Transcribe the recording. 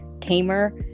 tamer